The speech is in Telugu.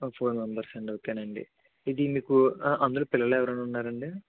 ఫోర్ మెంబర్స్ అండి ఓకే నండి ఇది మీకు అందులో పిల్లలు ఎవరైనా ఉన్నారండి